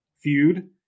feud